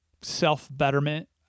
self-betterment